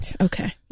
Okay